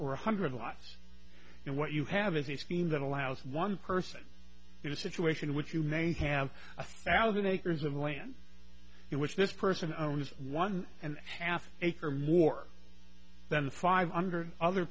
or a hundred watts and what you have is a scheme that allows one person in a situation which you may have a thousand acres of land in which this person owns one and half acre more than five hundred other